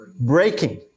breaking